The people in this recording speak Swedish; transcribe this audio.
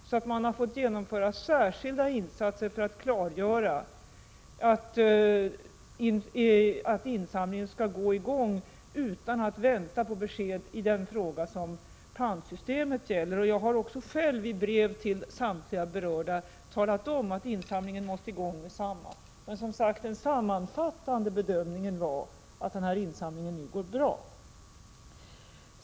Man har därför måst göra särskilda insatser för att klargöra att insamlingen skall sättas i gång utan ett besked om pantsystemet. Jag har själv i brev till samtliga berörda talat om att insamlingen måste i gång omedelbart. Men den sammanfattande bedömningen var alltså att insamlingen går bra.